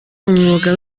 umwuga